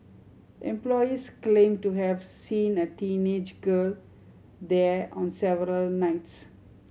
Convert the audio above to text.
employees claimed to have seen a teenage girl there on several nights